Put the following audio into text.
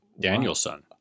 Danielson